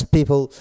People